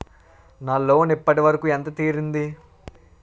నా లోన్ ఇప్పటి వరకూ ఎంత తీరింది?